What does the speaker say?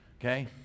okay